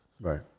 Right